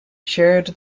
shared